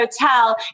hotel